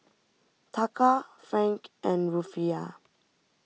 Taka Franc and Rufiyaa